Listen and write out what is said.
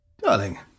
Darling